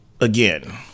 again